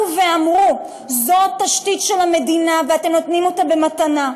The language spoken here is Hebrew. שאמרו: זו תשתית של המדינה ואתם נותנים אותה במתנה,